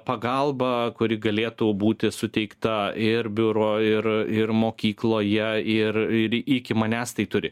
pagalba kuri galėtų būti suteikta ir biuro ir ir mokykloje ir ir iki manęs tai turi